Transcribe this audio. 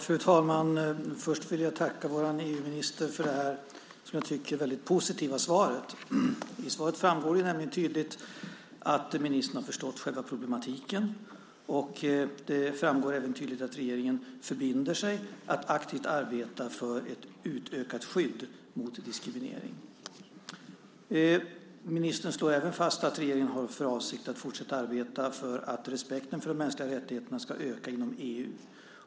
Fru talman! Först vill jag tacka vår EU-minister för det här, som jag tycker, väldigt positiva svaret. I svaret framgår det nämligen tydligt att ministern har förstått själva problematiken. Det framgår även tydligt att regeringen förbinder sig att aktivt arbeta för ett utökat skydd mot diskriminering. Ministern slår även fast att regeringen har för avsikt att fortsätta arbeta för att respekten för de mänskliga rättigheterna ska öka inom EU.